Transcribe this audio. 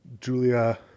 Julia